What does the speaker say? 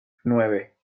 nueve